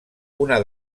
una